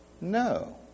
No